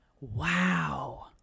Wow